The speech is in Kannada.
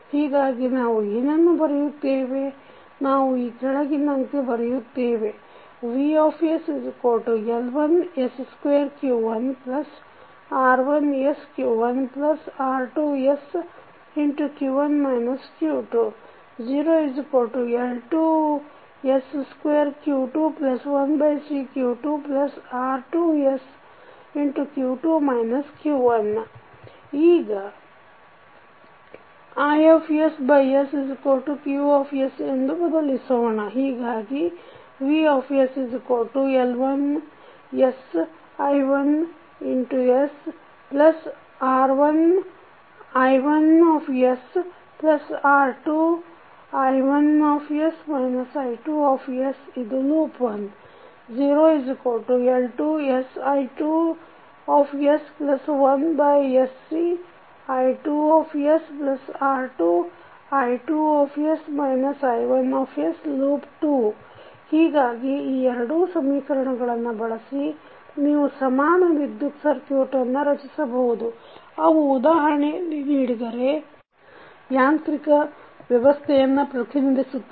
ಹೀಗಾಗಿ ನಾವು ಏನನ್ನು ಬರೆಯುತ್ತೇವೆ ನಾವು ಈ ಕೆಳಗಿನಂತೆ ಬರೆಯುತ್ತೇವೆ VsL1s2q1R1sq1R2sq1 q2 0L2s2q21Cq2R2sq2 q1 ಈಗ IsQ ಎಂದು ಬದಲಿಸೋಣ ಹೀಗಾಗಿ VsL1sI1sR1I1sR2I1s I2Loop1 0L2sI2s1sCI2sR2I2s I1Loop2 ಹೀಗಾಗಿ ಈ ಎರಡೂ ಸಮೀಕರಣಗಳನ್ನು ಬಳಸಿ ನೀವು ಸಮಾನ ವಿದ್ಯುತ್ ಸಕ್ರ್ಯುಟನ್ನು ರಚಿಸಬಹುದು ಅವು ಉದಾಹರಣೆಯಲ್ಲಿ ನೀಡಿದಂತೆ ಯಾಂತ್ರಿಕ ವ್ಯವಸ್ಥೆಯನ್ನು ಪ್ರತಿನಿಧಿಸುತ್ತವೆ